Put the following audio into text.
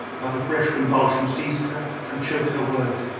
but a fresh convulsion seized her and choked her words.